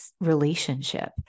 relationship